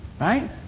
Right